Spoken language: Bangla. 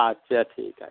আচ্ছা ঠিক আছে